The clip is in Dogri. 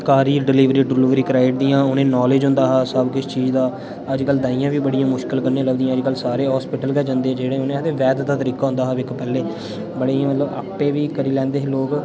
घर ई डिलीवरी डलुवरी कराई ओड़दियां उ'नें ई नॉलेज होन्दा हा सब किश चीज़ दा अज्जकल दाइयां बी बड़ी मुश्कल कन्नै लभदियां न अज्जकल सारे हॉस्पिटल गै जन्दे जेह्ड़े उ'नें ई आखदे वैद्य दा तरीका होन्दा हा बड़े इ'यां मतलब आपें बी करी लैंदे हे लोग